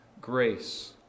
grace